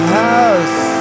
house